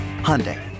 Hyundai